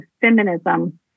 Feminism